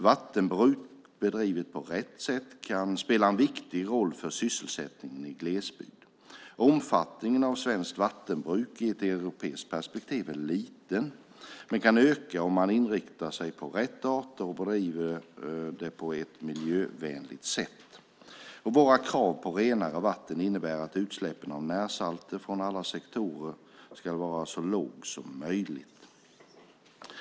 Vattenbruk bedrivet på rätt sätt kan spela en viktig roll för sysselsättningen i glesbygd. Omfattningen av svenskt vattenbruk i ett europeiskt perspektiv är liten, men kan öka om man inriktar sig på rätt arter och bedriver det på ett miljövänligt sätt. Våra krav på renare vatten innebär att utsläppen av närsalter från alla sektorer ska vara så låg som möjligt.